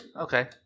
Okay